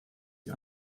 die